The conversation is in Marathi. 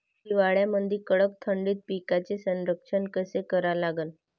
हिवाळ्यामंदी कडक थंडीत पिकाचे संरक्षण कसे करा लागन?